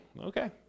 Okay